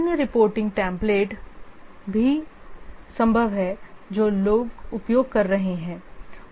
अन्य reporting template भी संभव हैं जो लोग उपयोग कर रहे हैं